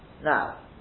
Now